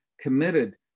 committed